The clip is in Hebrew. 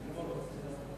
רוחמה לא כאן.